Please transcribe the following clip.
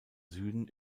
süden